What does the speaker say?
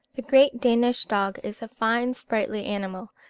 the great danish dog is a fine sprightly animal,